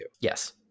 Yes